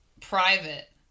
private